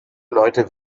leute